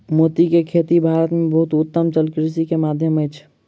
मोती के खेती भारत में बहुत उत्तम जलकृषि के माध्यम अछि